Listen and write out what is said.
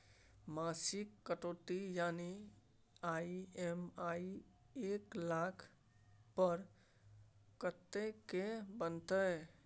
मासिक कटौती यानी ई.एम.आई एक लाख पर कत्ते के बनते?